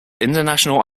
international